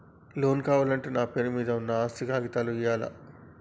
Loan కావాలంటే నా పేరు మీద ఉన్న ఆస్తి కాగితాలు ఇయ్యాలా?